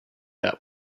that